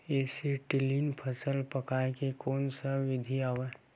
Acetylene फल पकाय के कोन सा विधि आवे?